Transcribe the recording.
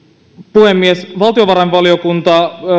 puhemies valtiovarainvaliokunta